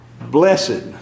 blessed